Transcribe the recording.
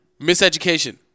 Miseducation